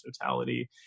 totality